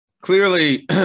clearly